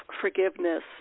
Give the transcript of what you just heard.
forgiveness